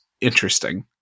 interesting